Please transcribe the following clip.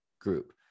Group